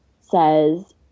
says